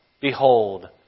behold